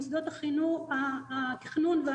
מוסדות התכנון ואנחנו,